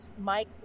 Mike